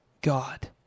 God